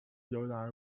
由来